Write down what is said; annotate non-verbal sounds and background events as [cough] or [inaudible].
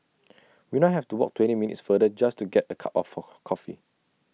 [noise] we now have to walk twenty minutes farther just to get A cup of her coffee